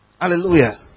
hallelujah